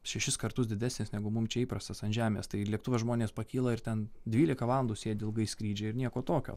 šešis kartus didesnis negu mum čia įprastas ant žemės tai lėktuve žmonės pakyla ir ten dvylika valandų sėdi ilgai skrydžio ir nieko tokio